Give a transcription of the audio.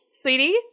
Sweetie